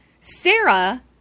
Sarah